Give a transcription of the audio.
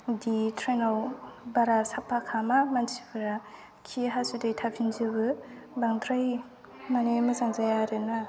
बिदि ट्रैनाव बारा साफा खालामा मानसिफोरा खि हासुदै थाफिनजोबो बांद्राय माने मोजां जाया आरोना